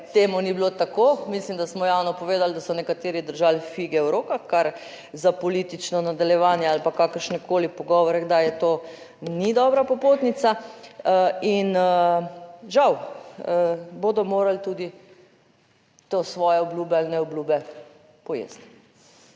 temu ni bilo tako. Mislim, da smo javno povedali, da so nekateri držali fige v rokah, kar za politično nadaljevanje ali pa kakršnekoli pogovore kdaj je, to ni dobra popotnica in žal bodo morali tudi to svoje obljube ali ne obljube pojesti.